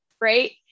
right